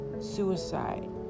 suicide